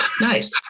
Nice